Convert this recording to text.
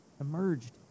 emerged